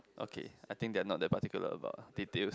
okay I think they are not that particular about details